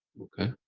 okay,